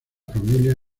familia